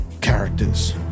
Characters